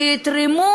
שיתרמו